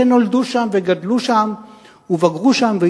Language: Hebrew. לפעמים נותנים שם חיובי למשהו שהוא